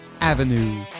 avenue